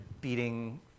beating